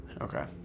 okay